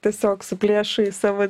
tiesiog suplėšai savo